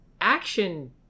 action